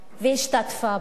והשתתפה בו,